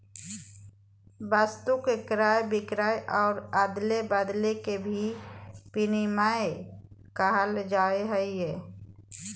वस्तु के क्रय विक्रय और अदले बदले के भी विनिमय कहल जाय हइ